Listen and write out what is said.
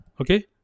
okay